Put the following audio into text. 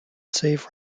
save